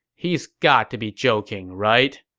he's got to be joking, right?